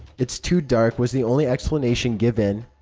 it's too dark, was the only explanation given.